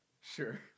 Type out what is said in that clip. Sure